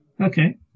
Okay